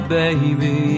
baby